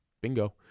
bingo